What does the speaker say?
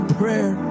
prayer